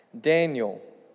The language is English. Daniel